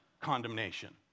condemnation